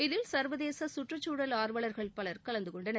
இதில் சர்வதேச சுற்றுச்சூழல் ஆர்வலர்கள் பலர் கலந்துகொண்டனர்